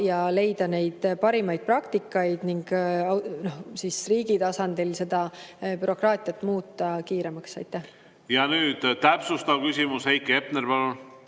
ja leida parimaid praktikaid ning riigi tasandil seda bürokraatiat muuta kiiremaks. Ja nüüd täpsustav küsimus. Heiki Hepner, palun!